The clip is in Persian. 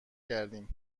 کردیم